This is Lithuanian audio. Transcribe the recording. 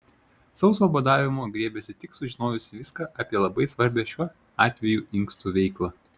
sauso badavimo griebėsi tik sužinojusi viską apie labai svarbią šiuo atveju inkstų veiklą